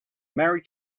mary